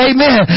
Amen